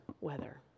weather